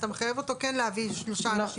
אתה מחייב אותו כן להביא שלושה אנשים כאלה.